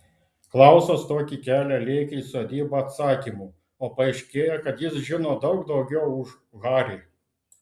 klausas tokį kelią lėkė į sodybą atsakymų o paaiškėja kad jis žino daug daugiau už harį